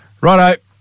Righto